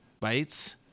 Bytes